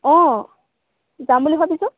অঁ যাম বুলি ভাবিছোঁ